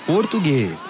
Português